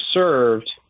served